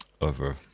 over